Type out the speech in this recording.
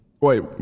Wait